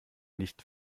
nicht